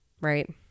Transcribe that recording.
Right